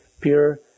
pure